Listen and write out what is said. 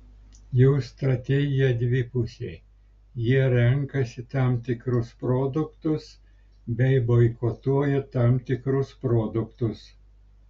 jų strategija dvipusė jie renkasi tam tikrus produktus bei boikotuoja tam tikrus produktus